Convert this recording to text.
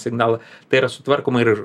signalą tai yra sutvarkoma ir